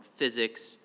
physics